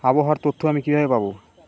আবহাওয়ার তথ্য আমি কিভাবে পাবো?